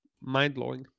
mind-blowing